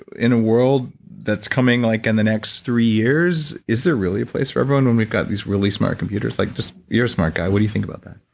in a world that's coming like in the next three years, is there really a place for everyone when we've got these really smart computers? like you're a smart guy, what do you think about that?